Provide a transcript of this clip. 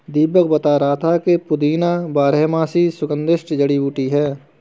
दीपक बता रहा था कि पुदीना बारहमासी सुगंधित जड़ी बूटी है